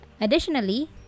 Additionally